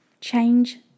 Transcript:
Change